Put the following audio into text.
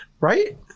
Right